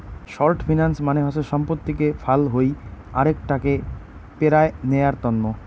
short finance মানে হসে সম্পত্তিকে ফাল হই আরেক টাকে পেরায় নেয়ার তন্ন